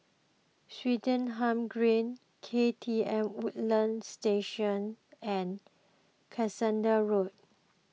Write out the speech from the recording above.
Swettenham Green K T M Woodlands Station and Cuscaden Road